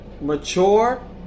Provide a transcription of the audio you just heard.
mature